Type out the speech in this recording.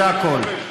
זה הכול.